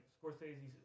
Scorsese